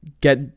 get